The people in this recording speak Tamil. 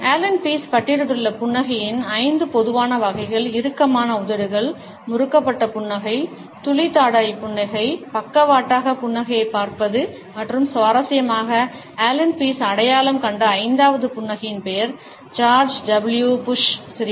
ஆலன் பீஸ் பட்டியலிட்டுள்ள புன்னகையின் 5 பொதுவான வகைகள் இறுக்கமான உதடுகள் முறுக்கப்பட்ட புன்னகை துளி தாடை புன்னகை பக்கவாட்டாக புன்னகையைப் பார்ப்பது மற்றும் சுவாரஸ்யமாக ஆலன் பீஸ் அடையாளம் கண்ட ஐந்தாவது புன்னகையின் பெயர் ஜார்ஜ் டபிள்யூ புஷ் சிரிப்பு